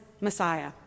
Messiah